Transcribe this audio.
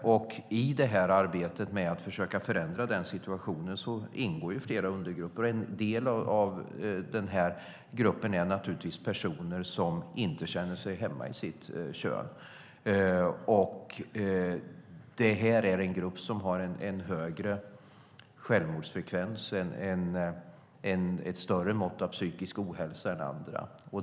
I arbetet med att försöka förändra det ingår flera undergrupper. En är personer som inte känner sig hemma i sitt kön. Det är en grupp som har en högre självmordsfrekvens och ett större mått av psykisk ohälsa än andra.